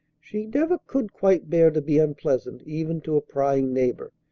she never could quite bear to be unpleasant even to a prying neighbor,